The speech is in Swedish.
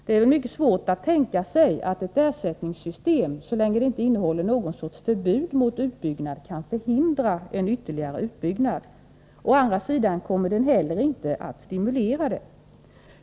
Det är mycket svårt att tänka sig att ett ersättningssystem — så länge det inte innehåller något slags förbud mot utbyggnad — kan förhindra en sådan. Å andra sidan kommer det heller inte att stimulera den.